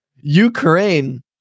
Ukraine